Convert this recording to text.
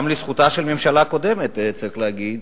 גם לזכותה של הממשלה הקודמת צריך להגיד